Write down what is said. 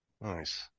nice